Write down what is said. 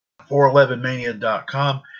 411mania.com